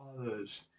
others